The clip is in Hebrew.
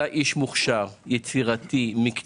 אתה איש מוכשר, יצירתי, מקצועי,